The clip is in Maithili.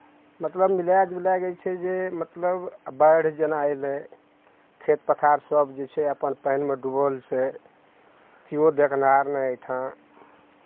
मतलब मिलाए जुलाए कऽ छै जे मतलब आब बाढ़ि जेना अयलै खेत पथारसभ जे छै अपन पानिमे डूबल छै किओ देखनाहार नहि एहि ठाँ